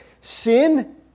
sin